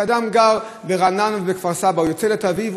כשאדם גר ברעננה או כפר-סבא והוא יוצא לתל-אביב,